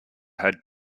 had